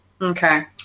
Okay